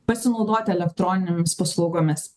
pasinaudoti elektroninėmis paslaugomis